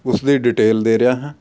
ਉਸ ਦੀ ਡਿਟੇਲ ਦੇ ਰਿਹਾ ਹਾਂ